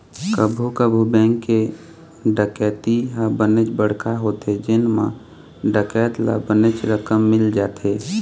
कभू कभू बेंक के डकैती ह बनेच बड़का होथे जेन म डकैत ल बनेच रकम मिल जाथे